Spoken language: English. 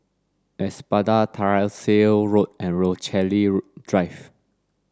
Espada Tyersall Road and Rochalie Drive